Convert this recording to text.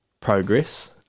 progress